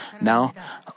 now